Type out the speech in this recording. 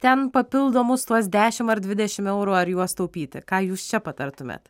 ten papildomus tuos dešim ar dvidešim eurų ar juos taupyti ką jūs čia patartumėt